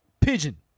pigeon